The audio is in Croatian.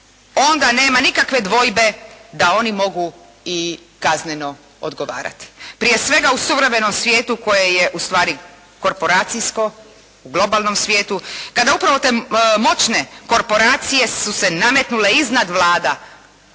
onda nema nikakve dvojbe da oni mogu i kazneno odgovarati. Prije svega u suvremenom svijetu koji je ustvari korporacijsko, u globalnom svijetu. Kada upravo te moćne korporacije su se nametnule iznad vlada